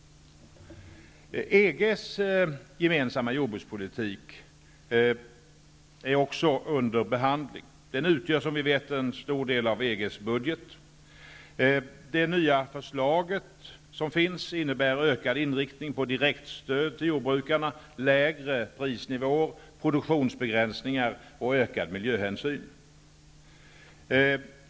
EG:s gemensamma jordbrukspolitik är också under behandling. Den utgör som vi vet en stor del av EG:s budget. Det nya förslag som finns innebär en mer markerad inriktning på direktstöd till jordbrukarna, lägre prisnivå, produktionsbegränsningar och ökad miljöhänsyn.